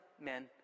men